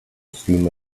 steam